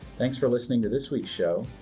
thanks for listening to this week's show.